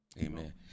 Amen